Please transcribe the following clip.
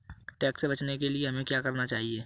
Tax से बचने के लिए हमें क्या करना चाहिए?